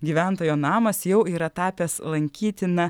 gyventojo namas jau yra tapęs lankytina